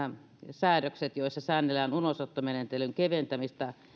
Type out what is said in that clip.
säädökset joissa säännellään ulosottomenettelyn keventämistä